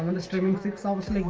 um and streaming six thousand